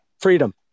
Freedom